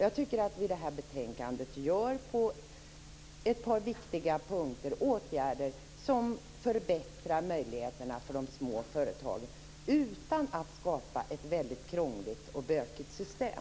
Jag tycker att vi i det här betänkandet på ett par viktiga punkter föreslår åtgärder som förbättrar möjligheterna för de små företagen, utan att skapa ett väldigt krångligt och bökigt system.